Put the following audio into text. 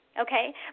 okay